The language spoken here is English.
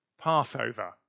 Passover